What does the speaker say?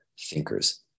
thinkers